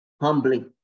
humbly